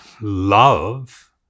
Love